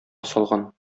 салган